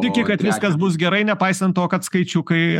tiki kad viskas bus gerai nepaisant to kad skaičiukai